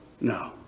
No